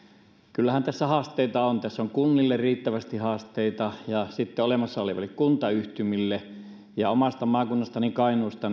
kyllähän tässä haasteita on tässä on kunnille riittävästi haasteita ja olemassa oleville kuntayhtymille omassa maakunnassani kainuussa